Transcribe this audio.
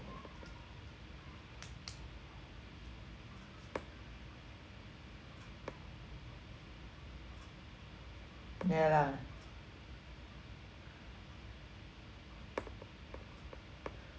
ya lah